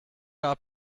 are